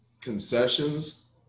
concessions